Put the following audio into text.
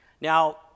Now